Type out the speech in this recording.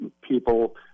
people